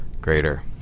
greater